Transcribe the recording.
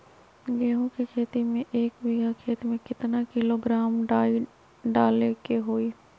गेहूं के खेती में एक बीघा खेत में केतना किलोग्राम डाई डाले के होई?